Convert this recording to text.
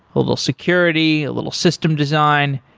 a little security, a little system design.